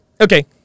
okay